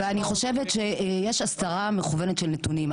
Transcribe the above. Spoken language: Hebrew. ואני חושבת שיש הסתרה מכוונת של נתונים.